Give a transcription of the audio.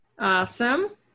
Awesome